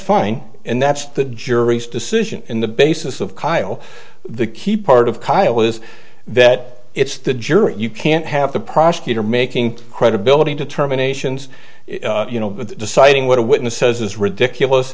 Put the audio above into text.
fine and that's the jury's decision in the basis of kyl the key part of kyle is that it's the jury you can't have the prosecutor making credibility determinations you know deciding what a witness says is ridiculous